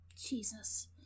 Jesus